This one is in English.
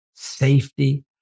Safety